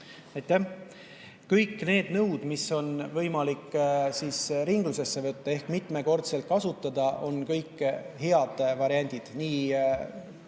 Aitäh! Kõik need nõud, mida on võimalik ringlusse võtta ehk mitmekordselt kasutada, on head variandid – nii